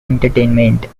entertainment